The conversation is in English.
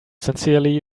sincerely